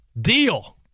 deal